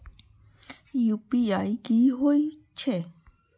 UPI की होई छै?